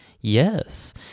yes